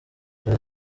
dore